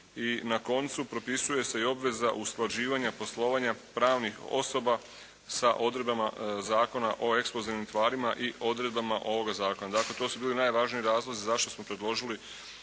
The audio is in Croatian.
I na koncu propisuje se i obveza usklađivanja poslovanja pravnih osoba sa odredbama Zakona o eksplozivnim tvarima i odredbama ovoga zakona. Dakle, to su bili najvažniji razlozi zašto smo predložili